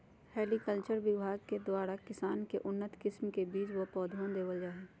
horticulture विभगवा के द्वारा किसान के उन्नत किस्म के बीज व पौधवन देवल जाहई